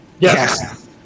Yes